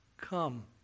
come